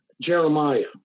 Jeremiah